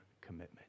commitment